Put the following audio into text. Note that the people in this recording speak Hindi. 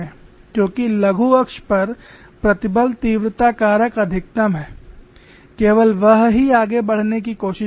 क्योंकि लघु अक्ष पर प्रतिबल तीव्रता कारक अधिकतम है केवल वह ही आगे बढ़ने की कोशिश करेगा